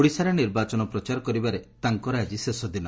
ଓଡ଼ିଶାରେ ନିର୍ବାଚନ ପ୍ରଚାର କରିବାରେ ତାଙ୍କର ଆକି ଶେଷଦିନ